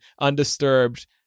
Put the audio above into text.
undisturbed